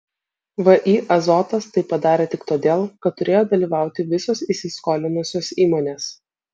vį azotas tai padarė tik todėl kad turėjo dalyvauti visos įsiskolinusios įmonės